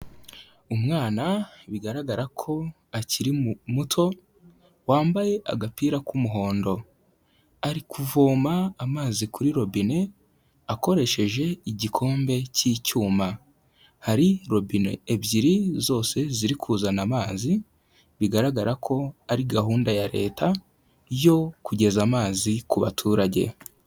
Umwana bigaragara ko akiri muto wambaye agapira k'umuhondo, ari kuvoma amazi kuri robine akoresheje igikombe cy'icyuma hari robine ebyiri zose ziri kuzana amazi, bigaragara ko ari gahunda ya leta yo kugeza amazi ku baturage.